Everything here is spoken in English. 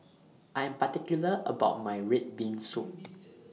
I Am particular about My Red Bean Soup